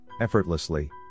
effortlessly